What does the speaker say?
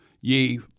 ye